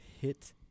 hit